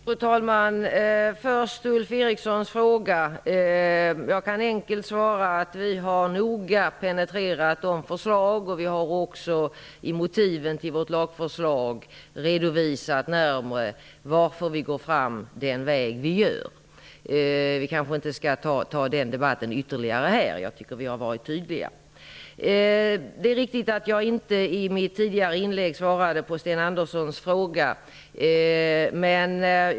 Fru talman! Först vill jag ta upp Ulf Erikssons fråga. Jag kan enkelt svara att vi noga har penetrerat de förslagen. Vi har också i motiven till vårt lagfÖrslag redovisat närmare varför vi går fram den väg vi gör. Vi kanske inte här skall ta ytterligare debatt om detta. Jag tycker att vi har varit tydliga. Det är riktigt att jag inte i mitt tidigare inlägg svarade på Sten Anderssons fråga.